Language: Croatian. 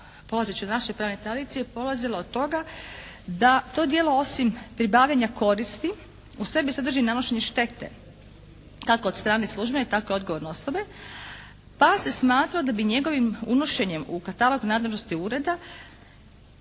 polazeći od naše pravne tradicije polazila od toga da to djelo osim pribavljanja koristi u sebi sadrži nanošenje štete kako od strane službene tako i odgovorne osobe pa se smatra da bi njegovim unošenjem u katalog nadležnosti ureda